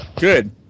good